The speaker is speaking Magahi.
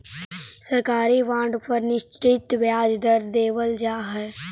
सरकारी बॉन्ड पर निश्चित ब्याज दर देवल जा हइ